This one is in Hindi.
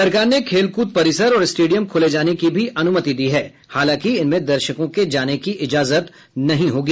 सरकार ने खेल कूद परिसर और स्टेडियम खोले जाने की भी अनुमति दी है हालांकि इनमें दर्शकों के जाने की इजाजत नहीं होगी